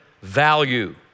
value